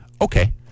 okay